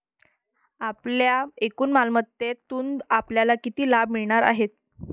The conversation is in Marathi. आपल्या एकूण मालमत्तेतून आपल्याला किती लाभ मिळणार आहे?